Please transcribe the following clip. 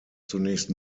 zunächst